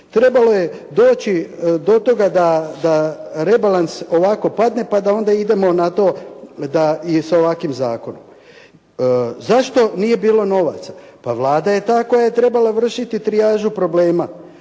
Trebalo je doći do toga da rebalans ovako padne pa da onda idemo na to sa ovakvim zakonom. Zašto nije bilo novaca? Pa Vlada je ta koja je trebala vršiti trijažu problema,